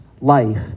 life